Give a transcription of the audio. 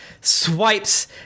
swipes